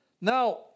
Now